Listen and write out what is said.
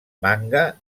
manga